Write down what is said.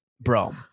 Bro